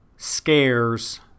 scares